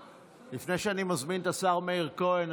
לפני שאני מזמין את השר מאיר כהן,